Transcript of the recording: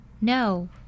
No